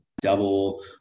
double